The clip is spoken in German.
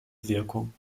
wirkung